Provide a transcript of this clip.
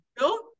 No